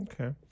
Okay